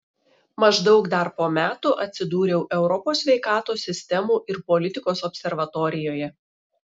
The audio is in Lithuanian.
maždaug dar po metų atsidūriau europos sveikatos sistemų ir politikos observatorijoje